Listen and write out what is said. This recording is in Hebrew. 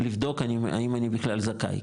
לבדוק האם אני בכלל זכאי,